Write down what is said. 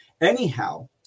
Anyhow